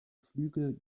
flügel